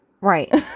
Right